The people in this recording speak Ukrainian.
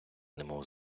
немов